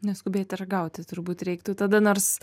neskubėti ragauti turbūt reiktų tada nors